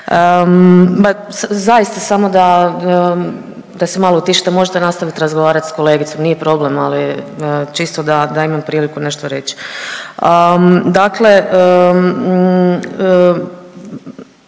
zaista samo da se malo tiše da možete nastaviti razgovarat s kolegicom, nije problem, ali čisto da imam priliku nešto reći. Dakle,